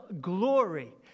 glory